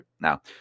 Now